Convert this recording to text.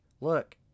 look